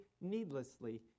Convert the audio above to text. needlessly